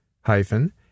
hyphen